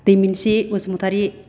Daimonthi Basumatary